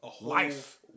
Life